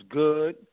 good